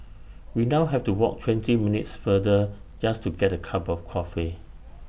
we now have to walk twenty minutes further just to get A cup of coffee